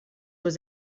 was